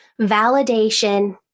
Validation